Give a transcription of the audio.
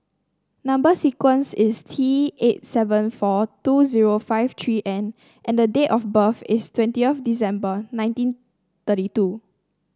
number sequence is T eight seven four two zero five three N and date of birth is twenty of December nineteen thirty two